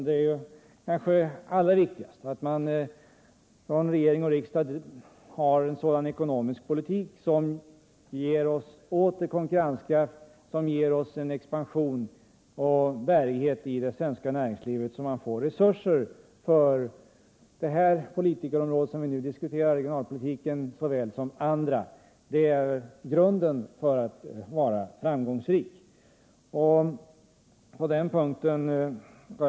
Det kanske allra viktigaste är att regering och riksdag för en ekonomisk politik som återger oss konkurrenskraft och som ger expansion och bärighet i det svenska näringslivet, så att man får resurser såväl för regionalpolitiken som för politikens övriga områden. Det är grunden för att vara framgångsrik.